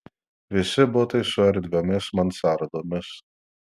visi butai su erdviomis mansardomis